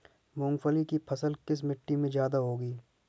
मूंगफली की फसल किस मिट्टी में ज्यादा होगी?